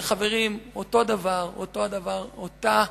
חברים, אותו דבר, אותה